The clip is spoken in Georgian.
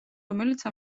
რომელიც